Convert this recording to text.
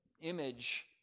image